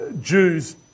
Jews